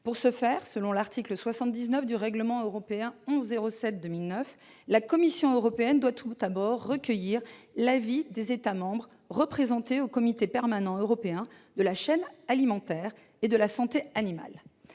Pour ce faire, selon l'article 79 du règlement européen 1107/2009, la Commission européenne doit tout d'abord recueillir l'avis des États membres, représentés au comité permanent européen de la chaîne alimentaire et de la santé animale.